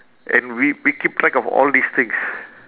and we we keep track of all these things